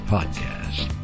Podcast